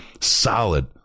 solid